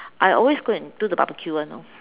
I always go and do the barbecue [one] you know